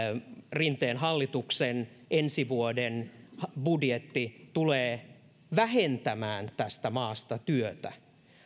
rinteen hallituksen ensi vuoden budjetti tulee vähentämään tästä maasta työtä